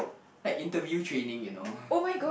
like interview training you know